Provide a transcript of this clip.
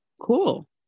Cool